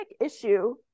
issue